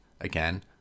again